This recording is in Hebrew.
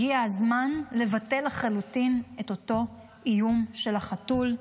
הגיע הזמן לבטל לחלוטין את אותו איום של החתול.